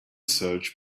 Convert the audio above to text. search